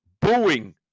booing